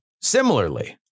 similarly